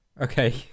Okay